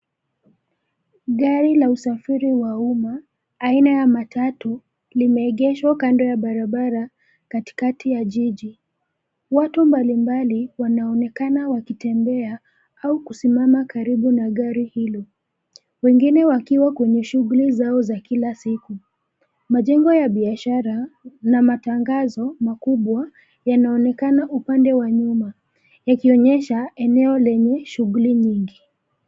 Gari la usafiri wa umma aina ya matatu limeegeshwa kando ya barabara katikati ya jiji. Watu mbalimbali wanaonekana wakitembea au kusimama karibu na gari hilo, wengine wakiwa kwenye shuguli zao za kila siku. Majengo ya biashara na matangazo makubwa, yanaonekana upande wa nyuma, yakionyesha eneo lenye shuguli nyingi.